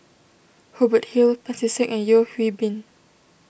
Hubert Hill Pancy Seng and Yeo Hwee Bin